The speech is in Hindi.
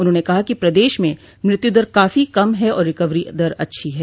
उन्होंने कहा कि प्रदेश में मृत्युदर काफी कम है और रिकवरी दर अच्छी है